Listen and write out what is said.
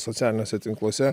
socialiniuose tinkluose